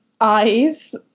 eyes